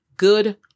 good